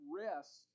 rest